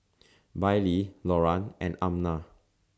Bailee Loran and Amna